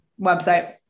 website